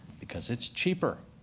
because it's cheaper.